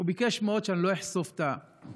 הוא ביקש מאוד שאני לא אחשוף את החברה,